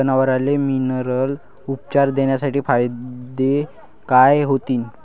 जनावराले मिनरल उपचार देण्याचे फायदे काय होतीन?